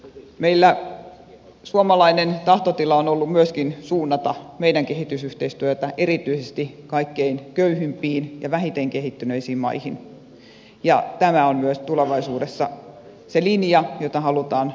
meillä suomalainen tahtotila on ollut myöskin suunnata meidän kehitysyhteistyötämme erityisesti kaikkein köyhimpiin ja vähiten kehittyneisiin maihin ja tämä on myös tulevaisuudessa se linja jota halutaan noudattaa